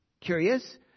curious